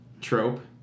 trope